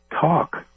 talk